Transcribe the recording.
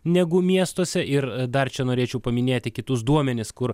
negu miestuose ir dar čia norėčiau paminėti kitus duomenis kur